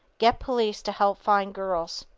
get police to help find girls.